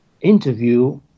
interview